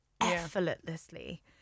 effortlessly